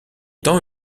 temps